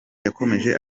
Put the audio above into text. yakomeje